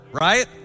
right